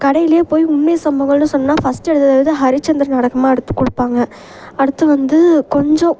கடையிலையே போய் உண்மை சம்பவங்கள்னு சொன்னால் ஃபஸ்ட்டு எடுக்கிறது வந்து ஹரிச்சந்திர நாடகமாக எடுத்துக்கொடுப்பாங்க அடுத்து வந்து கொஞ்சம்